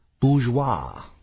bourgeois